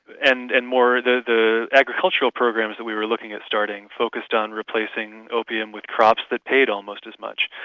and and more the the agricultural programs that we were looking at starting, focused on replacing opium with crops that paid almost as much.